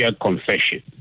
confession